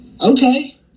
Okay